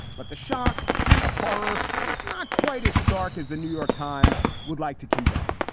but the shock and the horror. it's not quite as stark as the new york times would like to convey.